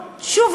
זה לא נכון,